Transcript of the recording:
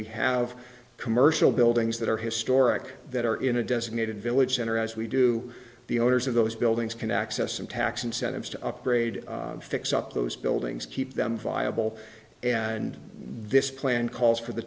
we have commercial buildings that are historic that are in a designated village center as we do the owners of those buildings can access some tax incentives to upgrade fix up those buildings keep them viable and this plan calls for the